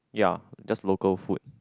ya just local food